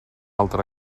altra